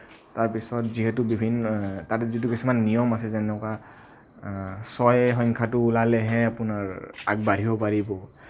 তাৰ পিছত যিহেতু বিভিন্ন তাতে যিহেতু কিছুমান নিয়ম আছে যেনেকুৱা ছয় সংখ্যাটো ওলালেহে আপোনাৰ আগবাঢ়িব পাৰিব